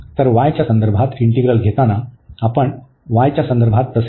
तर y च्या संदर्भात इंटीग्रल घेताना आपण y च्या संदर्भात तसे घेऊ